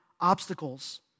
obstacles